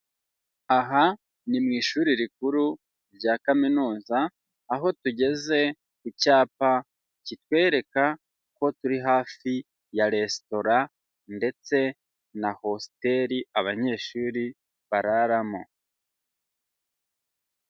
Aha ni mu ishuri rikuru rya kaminuza, aho tugeze ku cyapa kitwereka ko turi hafi ya resitora ndetse na hositeri abanyeshuri bararamo.